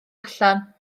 allan